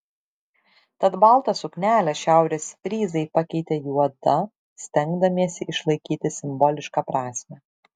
tad baltą suknelę šiaurės fryzai pakeitė juoda stengdamiesi išlaikyti simbolišką prasmę